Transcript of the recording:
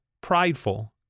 prideful